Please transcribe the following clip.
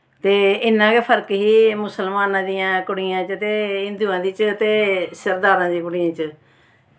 ते इन्ना गै फर्क ही मुसलमानां दियां कुड़ियां च ते हिन्दुआं दियां च ते सरदारां दियां कुड़ियां च